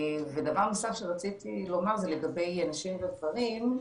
ודבר נוסף שרציתי לומר זה לגבי נשים וגברים,